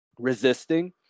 resisting